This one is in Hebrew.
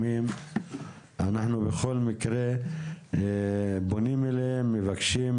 בכל מקרה אנחנו פונים אליהם ומבקשים